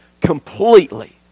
completely